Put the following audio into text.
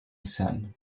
said